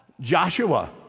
Joshua